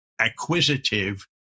acquisitive